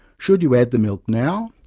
should you add the milk now,